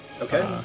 Okay